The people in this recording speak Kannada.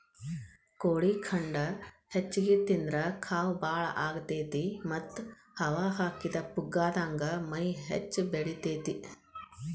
ಕೋಳಿ ಖಂಡ ಹೆಚ್ಚಿಗಿ ತಿಂದ್ರ ಕಾವ್ ಬಾಳ ಆಗತೇತಿ ಮತ್ತ್ ಹವಾ ಹಾಕಿದ ಪುಗ್ಗಾದಂಗ ಮೈ ಹೆಚ್ಚ ಬೆಳಿತೇತಿ